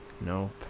Nope